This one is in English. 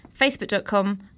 facebook.com